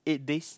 eight days